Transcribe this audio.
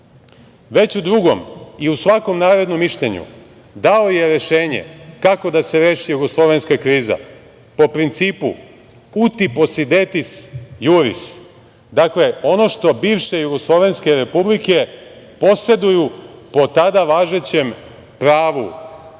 Već u drugom i u svakom narednom mišljenju dao je rešenje kako da se reši jugoslovenska kriza, po principu „uti posedetis juris“. Dakle, ono što bivše jugoslovenske republike poseduju po tada važećem pravo SFRJ